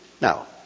Now